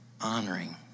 honoring